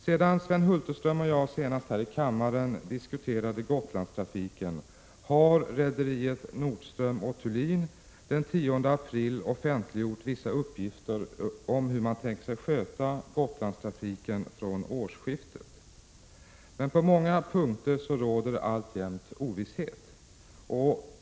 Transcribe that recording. Sedan Sven Hulterström och jag senast diskuterade Gotlandstrafiken här i vissa uppgifter om hur man tänker sig sköta Gotlandstrafiken från årsskiftet. Men på många punkter råder alltjämt ovisshet.